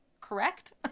Correct